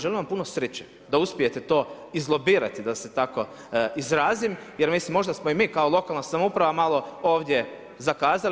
Želim vam puno sreće da uspijete to izlobirati da se tako izrazim, jer mislim možda smo i mi kao lokalna samouprava malo ovdje zakazali.